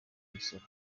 imisoro